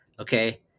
Okay